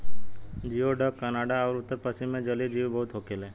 जियोडक Canada अउरी उत्तर पश्चिम मे जलीय जीव बहुत होखेले